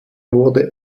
wurde